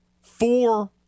Four